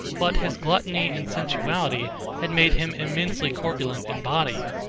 but his gluttony and sensuality had made him immensely corpulent in body,